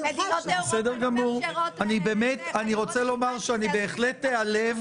מדינות אירופה לא מאפשרות --- אני רוצה לומר שאני בהחלט איעלב